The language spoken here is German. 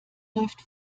läuft